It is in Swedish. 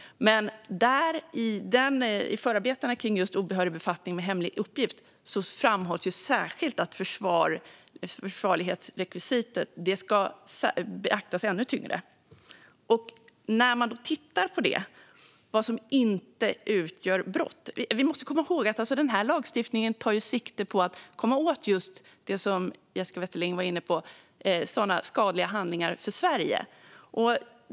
Men i förarbetena om obehörig befattning med hemlig uppgift framhålls särskilt att försvarlighetsrekvisitet ska beaktas ännu tyngre. Vi måste komma ihåg att den här lagstiftningen tar sikte på att komma åt just det som Jessica Wetterling var inne på, alltså handlingar som är skadliga för Sverige.